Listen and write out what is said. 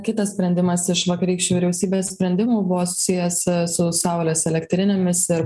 kitas sprendimas iš vakarykščių vyriausybės sprendimų buvo susijęs su saulės elektrinėmis ir